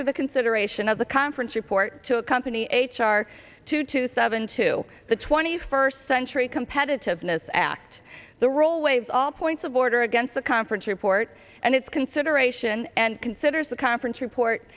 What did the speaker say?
for the consideration of the conference report to accompany h r two to seven to the twenty first century competitiveness act the role waive all points of order against the conference report and its consideration and considers the conference report